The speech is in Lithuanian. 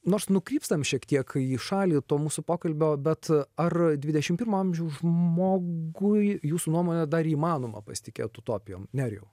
nors nukrypstam šiek tiek į šalį to mūsų pokalbio bet ar dvidešim pirmo amžiaus žmogui jūsų nuomone dar įmanoma pasitikėt utopijom nerijau